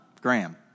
Graham